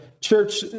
church